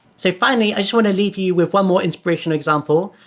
so finally, i so want to leave you with one more inspiration example.